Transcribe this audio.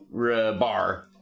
Bar